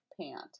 Pant